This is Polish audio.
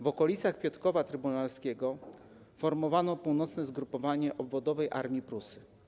W okolicach Piotrkowa Trybunalskiego formowano północne zgrupowanie odwodowej Armii „Prusy”